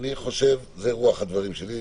זה רוח הדברים שלי.